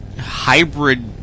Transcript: hybrid